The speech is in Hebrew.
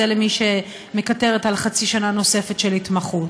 זה למי שמקטרת על חצי שנה נוספת של התמחות.